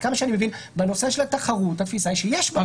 עד כמה שאני מבין בנושא התחרות התפיסה היא שיש בעיה.